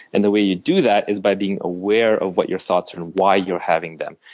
and the way you do that is by being aware of what your thoughts are and why you're having them.